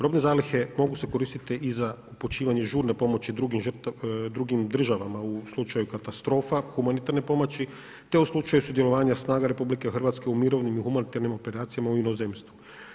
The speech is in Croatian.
Robne zalihe mogu se koristiti i za počivanje žurne pomoći drugim državama u slučaju katastrofa, humanitarne pomoći te u slučaju sudjelovanja snaga RH u mirovnim i humanitarnim operacijama u inozemstvu.